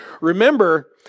remember